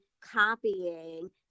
copying